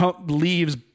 leaves